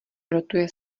rotuje